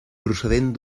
procedent